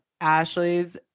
ashley's